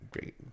great